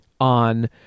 on